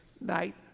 Night